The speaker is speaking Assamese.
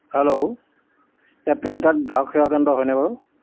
হেল্ল' এইয়া পেন কাৰ্ড গ্ৰাহক সেৱা কেন্দ্ৰ হয়নে বাৰু